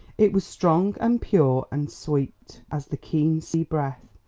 it was strong and pure and sweet as the keen sea breath,